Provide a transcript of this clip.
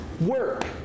work